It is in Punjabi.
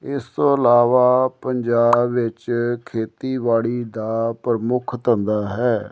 ਇਸ ਤੋਂ ਇਲਾਵਾ ਪੰਜਾਬ ਵਿੱਚ ਖੇਤੀਬਾੜੀ ਦਾ ਪ੍ਰਮੁੱਖ ਧੰਦਾ ਹੈ